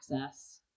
access